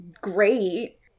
great